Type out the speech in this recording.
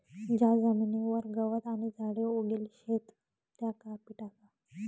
ज्या जमीनवर गवत आणि झाडे उगेल शेत त्या कापी टाका